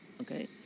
Okay